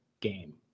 game